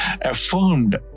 affirmed